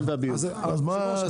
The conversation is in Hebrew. אז מה?